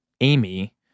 Amy